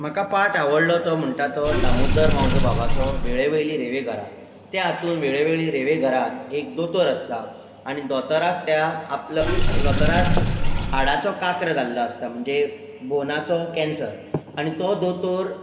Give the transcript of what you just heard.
म्हाका पाट आवडलो तो म्हणटा तो दामोदर मावजो बाबाचो वेळे वयलीं रेंवे घरां त्या हातून वेळे वयलीं रेंवे घरान एक दोतोर आसता आनी दोतोराक त्या आपलो दोतोराक हाडाचो कांक्र जाल्लो आसता म्हणजे बोनाचो कँसर आनी तो दोतोर